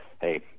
hey